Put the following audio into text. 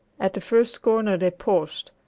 at the first corner they paused,